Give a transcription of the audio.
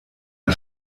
der